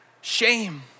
shame